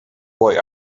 boy